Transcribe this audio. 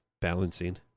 balancing